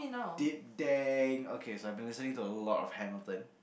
deep dang okay so I've been listening to a lot of Hamilton